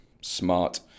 smart